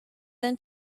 than